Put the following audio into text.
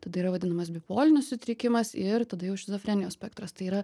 tada yra vadinamas bipolinis sutrikimas ir tada jau šizofrenijos spektras tai yra